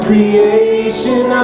creation